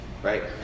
Right